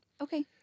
Okay